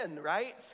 right